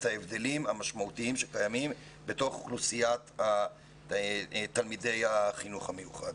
ההבדלים המשמעותיים שקיימים בתוך אוכלוסיית תלמידי החינוך המיוחד.